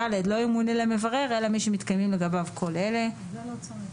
(ד) לא ימונה למברר אלא מי שמתקיימים לגביו כל אלה: זה לא צריך.